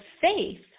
faith